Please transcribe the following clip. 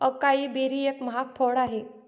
acai berry एक महाग फळ आहे